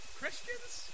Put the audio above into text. Christians